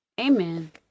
Amen